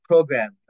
program